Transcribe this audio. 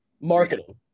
marketing